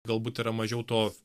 galbūt yra mažiau to